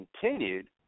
continued